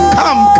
come